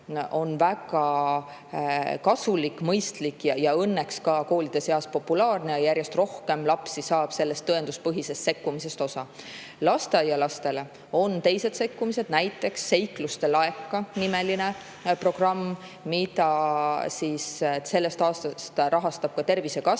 on väga kasulik, mõistlik ja õnneks ka koolides populaarne. Järjest rohkem lapsi saab sellest tõenduspõhisest sekkumisest osa. Lasteaialastele on teised sekkumised, näiteks "Seikluste laeka" nimeline programm, mida sellest aastast rahastab Tervisekassa, et